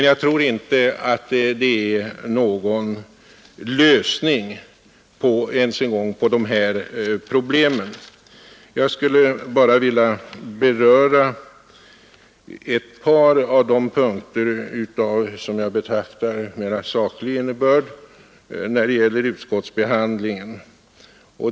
Jag skulle emellertid vilja beröra ett par av de punkter, som enligt min mening har mera saklig innebörd, när det gäller utskottsbehandlingen.